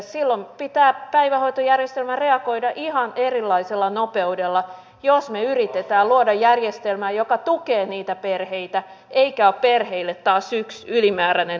silloin pitää päivähoitojärjestelmän reagoida ihan erilaisella nopeudella jos me yritämme luoda järjestelmää joka tukee niitä perheitä eikä ole perheille taas yksi ylimääräinen uusi vaiva